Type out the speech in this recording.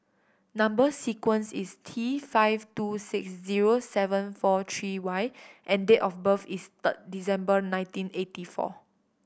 number sequence is T five two six zero seven four three Y and date of birth is third December nineteen eighty four